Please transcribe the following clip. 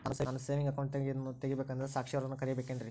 ನಾನು saving account ತೆಗಿಬೇಕಂದರ ಸಾಕ್ಷಿಯವರನ್ನು ಕರಿಬೇಕಿನ್ರಿ?